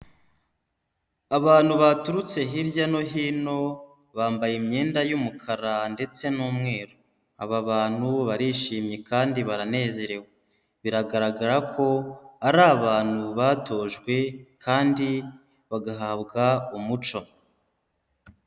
abantu baturutse hirya no hino, bambaye imyenda y'umukara ndetse n'umweru. Aba bantu barishimye kandi baranezerewe, biragaragara ko ari abantu batojwe kandi bagahabwa umuco.